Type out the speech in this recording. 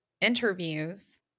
interviews